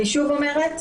אני שוב אומרת,